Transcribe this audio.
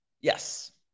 Yes